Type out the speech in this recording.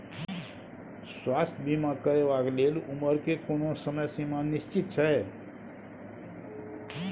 स्वास्थ्य बीमा करेवाक के लेल उमर के कोनो समय सीमा निश्चित छै?